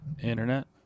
Internet